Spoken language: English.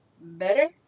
Better